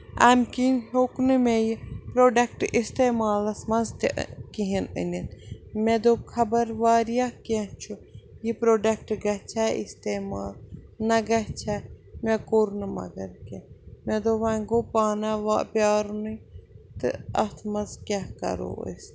اَمہِ کِنۍ ہٮ۪وٚک نہٕ مےٚ یہِ پرٛوڈَکٹ اِستعمالَس منٛز تہِ کِہیٖنۍ أنِتھ مےٚ دوٚپ خبر واریاہ کیٚنہہ چھُ یہِ پرٛوڈَکٹ گژھیٛا اِستعمال نہ گژھیٛا مےٚ کوٚر نہٕ مَگر کیٚنہہ مےٚ دوٚپ وۄںۍ گوٚو پانہ وَ پیٛارنُے تہٕ اَتھ منٛز کیاہ کَرو أسۍ